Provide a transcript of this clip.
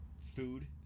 food